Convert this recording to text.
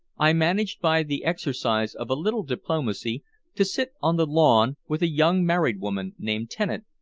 i managed by the exercise of a little diplomacy to sit on the lawn with a young married woman named tennant,